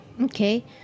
okay